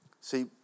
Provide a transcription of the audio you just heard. See